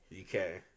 okay